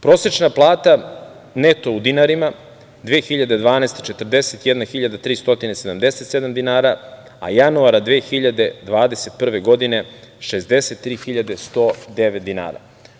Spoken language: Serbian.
Prosečna plata neto u dinarima 2012. godine 41.377 dinara, a januara 2021. godine 63.109 dinara.